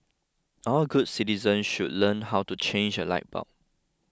all good citizen should learn how to change a light bulb